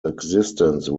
existence